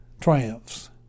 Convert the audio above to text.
triumphs